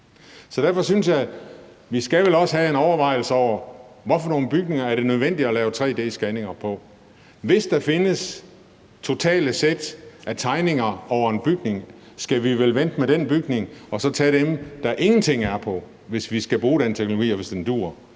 Så derfor synes jeg, at vi vel også skal have en overvejelse om, hvad for nogle bygninger det er nødvendigt at lave tre-d-scanninger af. Hvis der findes totale sæt af tegninger over en bygning, skal vi vel vente med den bygning og i stedet tage dem, der ikke er nogen tegninger af, altså hvis vi skal bruge den teknologi og den dur.